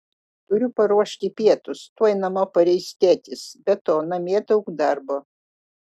turiu paruošti pietus tuoj namo pareis tėtis be to namie daug darbo